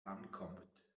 ankommt